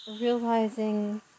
realizing